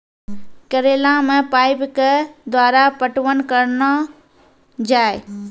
करेला मे पाइप के द्वारा पटवन करना जाए?